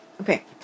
okay